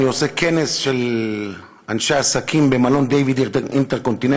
אני עושה כנס של אנשי עסקים במלון "דייוויד אינטרקונטיננטל",